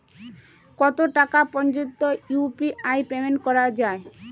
কত টাকা পর্যন্ত ইউ.পি.আই পেমেন্ট করা যায়?